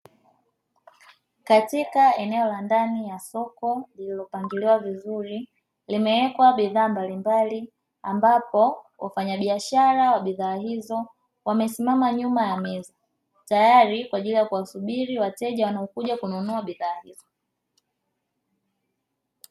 Katika eneo la ndani ya soko lililopangiliwa vizuri limewekwa bidhaa mbalimbali, ambapo wafanya biashara wa bidhaa hizo wamesimama nyuma ya meza tayari kwaajili ya kuwasubiri wateja wanaokuja kununua bidhaa hizo.